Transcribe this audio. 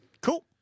Cool